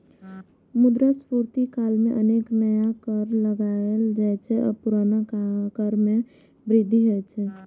मुद्रास्फीति काल मे अनेक नया कर लगाएल जाइ छै आ पुरना कर मे वृद्धि होइ छै